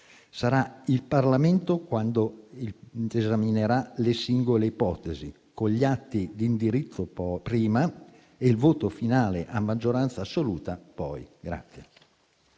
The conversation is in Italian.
ad occuparsene, quando esaminerà le singole ipotesi, con gli atti di indirizzo prima e il voto finale a maggioranza assoluta poi.